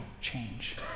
change